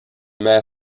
mère